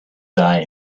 die